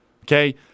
okay